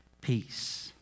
peace